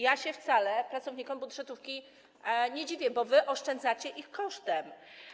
Ja się wcale pracownikom budżetówki nie dziwię, bo oszczędzacie ich kosztem.